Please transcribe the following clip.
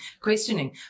questioning